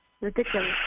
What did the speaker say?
Ridiculous